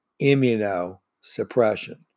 immunosuppression